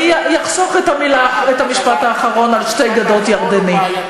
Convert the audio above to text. אני אחסוך את המשפט האחרון על "שתי גדות ירדני".